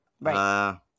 Right